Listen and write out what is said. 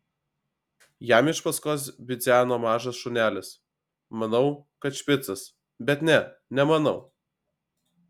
jam iš paskos bidzeno mažas šunelis manau kad špicas bet ne nemanau